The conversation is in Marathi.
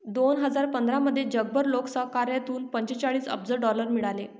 दोन हजार पंधरामध्ये जगभर लोकसहकार्यातून पंचेचाळीस अब्ज डॉलर मिळाले